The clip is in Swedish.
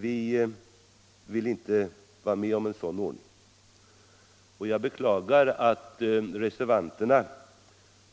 Vi vill inte vara med om en sådan ordning, och jag beklagar att reservanterna